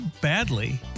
badly